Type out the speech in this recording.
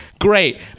Great